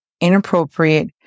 inappropriate